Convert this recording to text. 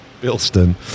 Bilston